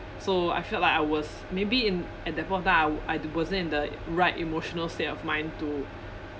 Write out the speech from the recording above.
so I felt like I was maybe in at that whole time I I wasn't in the right emotional state of mind to